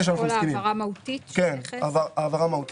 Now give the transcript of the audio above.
הרבה מאוד דברים.